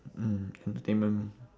mm entertainment